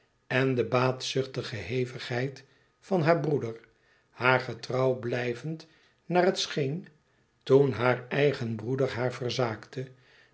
en de baatzuchtige hevigheid van haar broeder haar getrouw blijvend naar het scheen toen haar eigen broeder haar verzaakte